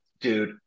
dude